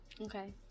Okay